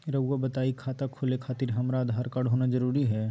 रउआ बताई खाता खोले खातिर हमरा आधार कार्ड होना जरूरी है?